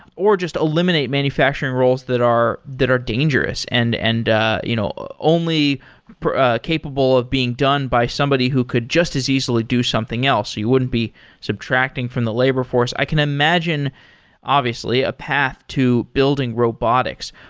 or just eliminate manufacturing roles that are that are dangerous and and you know only ah capable of being done by somebody who could just as easily do something else, so you wouldn't be subtracting from the labor force. i can imagine obviously, a path to building robotics.